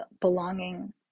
belonging